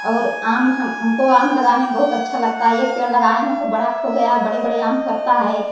और आम हम हमको आम लगाने में बहुत अच्छा लगता है एक पेड़ लगाए हैं खूब बड़ा क हो गया है बड़े बड़े आम फरता है